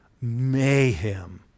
mayhem